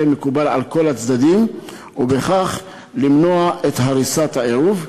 מקובל על כל הצדדים ובכך למנוע את הריסת העירוב.